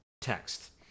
text